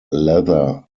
leather